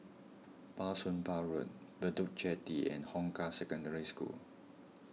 Bah Soon Pah Road Bedok Jetty and Hong Kah Secondary School